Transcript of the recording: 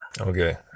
Okay